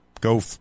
go